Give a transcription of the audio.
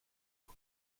not